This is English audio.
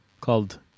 called